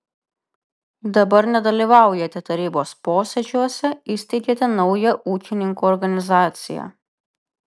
dabar nedalyvaujate tarybos posėdžiuose įsteigėte naują ūkininkų organizaciją